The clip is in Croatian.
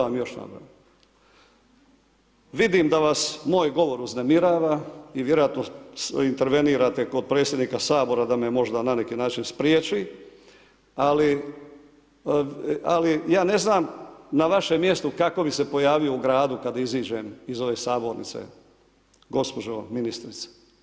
Vidim da vas moj govor uznemirava i vjerojatno intervenirate kod predsjednika Sabora, da me možda na neki način spriječi, ali ja ne znam, na vašem mjestu kako bi se pojavio u gradu kada iziđem iz ove sabornice gospođo ministrice.